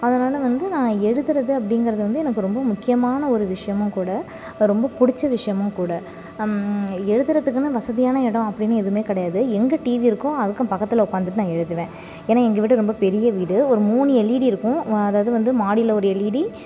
அதனால் வந்து நான் எழுதுகிறது அப்படிங்கறது வந்து எனக்கு இப்போ ரொம்பவும் முக்கியமான ஒரு விஷயமும் கூட இப்போ ரொம்ப பிடிச்ச விஷயமும் கூட எழுதுறதுக்குன்னு வசதியான இடம் அப்படின்னு எதுவுமே கிடையாது எங்கே டிவி இருக்கோ அதுக்கும் பக்கத்தில் உட்காந்துட்டு நான் எழுதுவேன் ஏன்னா எங்கள் வீடு ரொம்ப பெரிய வீடு ஒரு மூணு எல்இடி இருக்கும் அதாவது வந்து மாடியில் ஒரு எல்இடி